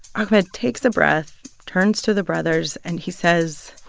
ahmed takes a breath, turns to the brothers, and he says.